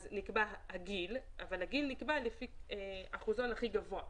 לכן נקבע הגיל אבל הגיל נקבע לפי אחוזון הכי גבוה.